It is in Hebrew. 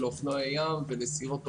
אופנועי ים וסירות טורנדו.